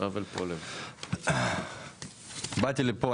באתי לפה,